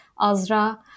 Azra